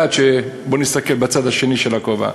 בואי נסתכל בצד השני של הכובע.